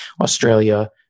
Australia